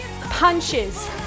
punches